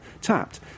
tapped